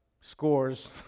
Scores